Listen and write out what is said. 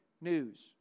news